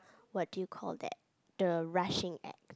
what do you call that the rushing act